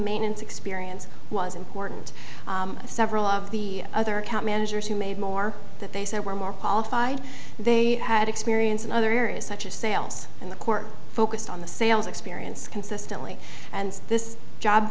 maintenance experience was important several of the other account managers who made more that they said were more qualified they had experience in other areas such as sales and the court focused on the sales experience consistently and this job